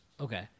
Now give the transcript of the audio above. Okay